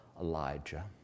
Elijah